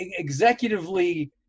executively